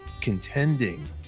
contending